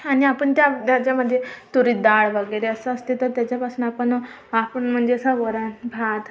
आणि आपण त्या दर्जामध्ये तुरीत दाळ वगैरे असं असते तर त्याच्यापासनं आपण आपण म्हणजे असं वरण भात